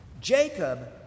Jacob